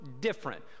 different